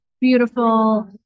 beautiful